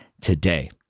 today